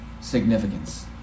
Significance